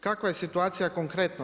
Kakva je situacija konkretno.